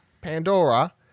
Pandora